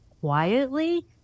quietly